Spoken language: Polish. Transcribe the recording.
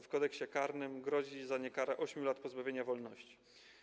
W Kodeksie karnym grozi za to kara 8 lat pozbawienia wolności.